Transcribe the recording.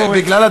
מכיוון,